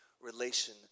relation